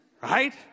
Right